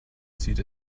zieht